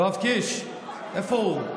יואב קיש, איפה הוא?